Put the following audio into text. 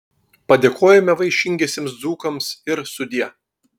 padėkojome vaišingiesiems dzūkams ir sudie